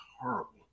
horrible